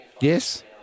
Yes